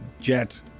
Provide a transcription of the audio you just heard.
Jet